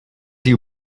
you